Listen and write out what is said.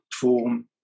form